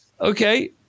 Okay